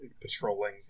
patrolling